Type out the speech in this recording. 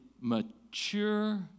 mature